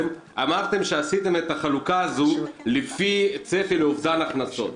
אמרתם שעשיתם את החלוקה הזו לפי צפי מאובדן הכנסת.